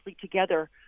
together